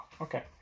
Okay